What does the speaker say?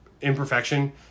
imperfection